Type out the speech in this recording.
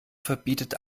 verbietet